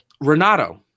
Renato